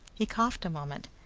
he coughed a moment,